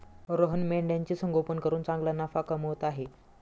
रोहन मेंढ्यांचे संगोपन करून चांगला नफा कमवत आहे